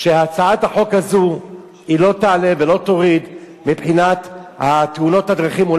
שהצעת החוק הזו לא תעלה ולא תוריד מבחינת תאונות הדרכים.